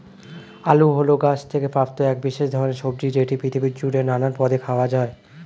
আলু হল গাছ থেকে প্রাপ্ত এক বিশেষ ধরণের সবজি যেটি পৃথিবী জুড়ে নানান পদে খাওয়া হয়